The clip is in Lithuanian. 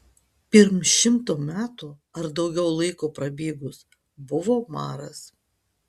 pirm šimto metų ar daugiau laiko prabėgus buvo maras